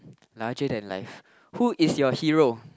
larger than life who is your hero